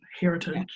heritage